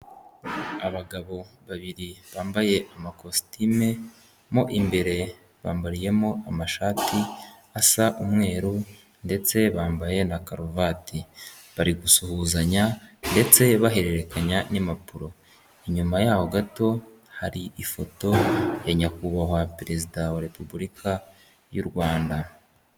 Abagabo babiri bambaye amakositimu, mo imbere bambariyemo amashati asa umweru ndetse bambaye na karuvati. Bari gusuhuzanya ndetse bahererekanya n'impapuro. Inyuma yaho gato, hari ifoto ya nyakubahwa perezida wa repubulika y' u rwanda.